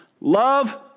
Love